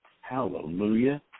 Hallelujah